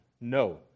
No